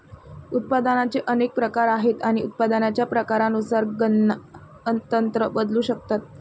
उत्पादनाचे अनेक प्रकार आहेत आणि उत्पादनाच्या प्रकारानुसार गणना तंत्र बदलू शकतात